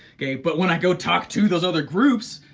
okay? but when i go talk to those other groups,